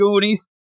Goonies